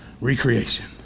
recreation